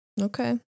Okay